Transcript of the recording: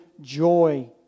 joy